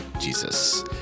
Jesus